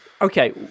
Okay